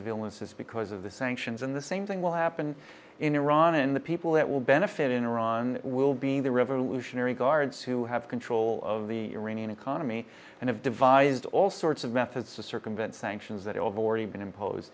of illnesses because of the sanctions and the same thing will happen in iran and the people that will benefit in iran will be the revolutionary guards who have control of the iranian economy and have devised all sorts of methods to circumvent sanctions that